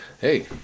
Hey